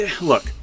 look